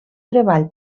treball